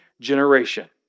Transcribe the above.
generation